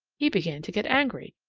he began to get angry,